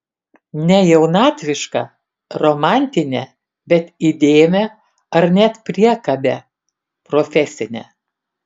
ne jaunatvišką romantinę bet įdėmią ar net priekabią profesinę